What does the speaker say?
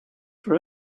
for